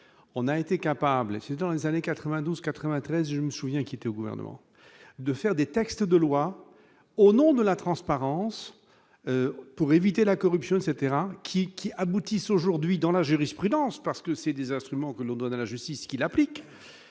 on a été capable, dans les années 92 93 je me souviens qu'il était au gouvernement de faire des textes de loi au nom de la transparence pour éviter la corruption etc qui qui aboutissent aujourd'hui dans la jurisprudence parce que c'est des instruments que l'on donne à la justice qu'il applique